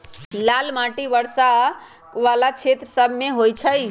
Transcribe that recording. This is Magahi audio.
लाल माटि कम वर्षा वला क्षेत्र सभमें होइ छइ